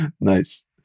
Nice